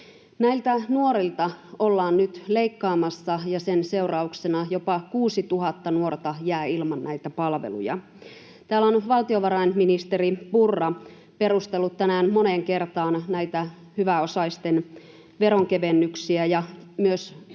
Näiltä nuorilta ollaan nyt leikkaamassa, ja sen seurauksena jopa 6 000 nuorta jää ilman näitä palveluja. Täällä on valtiovarainministeri Purra perustellut tänään moneen kertaan hyväosaisten veronkevennyksiä ja myös todennut,